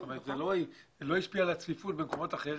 זאת אומרת זה לא השפיע על הצפיפות במקומות אחרים.